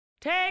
Take